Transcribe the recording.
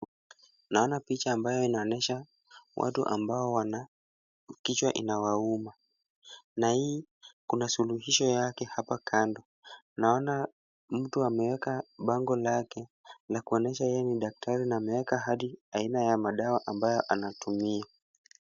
Naona picha ambayo inaonyesha watu ambao wana, kichwa inawauma, na hii kuna suluhisho yake hapa kando. Naona mtu ameeka bango lake la kuonyesha yeye ni daktari na ameweka hadi aina ya madawa ambayo anatumia.